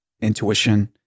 intuition